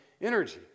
energy